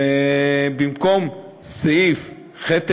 ובמקום סעיף (ח1)